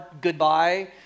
goodbye